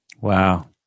Wow